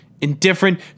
indifferent